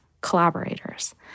collaborators